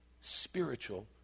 spiritual